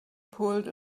pulled